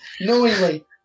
knowingly